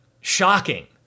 shocking